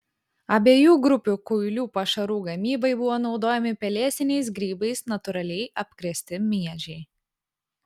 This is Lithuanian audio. abiejų grupių kuilių pašarų gamybai buvo naudojami pelėsiniais grybais natūraliai apkrėsti miežiai